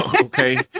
Okay